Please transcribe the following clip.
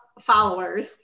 followers